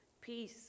peace